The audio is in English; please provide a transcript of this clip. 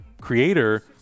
creator